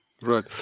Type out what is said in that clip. Right